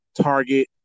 Target